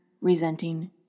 resenting